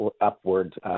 upward